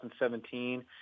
2017